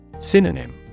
Synonym